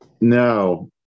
No